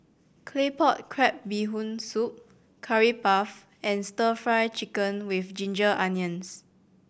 Claypot Crab Bee Hoon Soup Curry Puff and Stir Fry Chicken with ginger onions